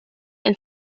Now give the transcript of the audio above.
and